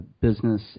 business